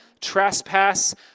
trespass